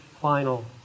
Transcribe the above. final